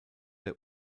der